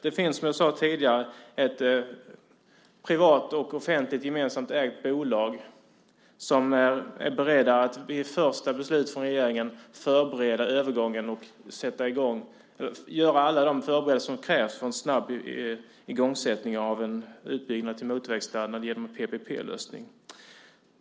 Det finns, som jag sade tidigare, ett privat och offentligt gemensamt ägt bolag som är berett att vid första beslut från regeringen göra alla de förberedelser som krävs för en snabb igångsättning av en utbyggnad till motorvägsstandard genom en PPP-lösning.